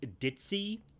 ditzy